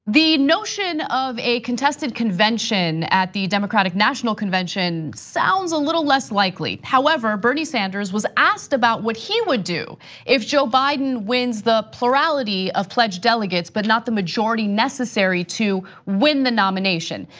the notion of a contested convention at the democratic national convention sounds a little less likely. however, bernie sanders was asked about what he would do if joe biden wins the plurality of pledged delegates, but not the majority necessary to win the nomination.